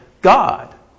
God